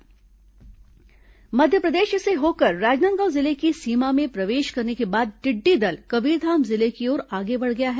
टिड्डी दल मध्यप्रदेश से होकर राजनांदगांव जिले की सीमा में प्रवेश करने के बाद टिड्डी दल कबीरधाम जिले की ओर आगे बढ़ गया है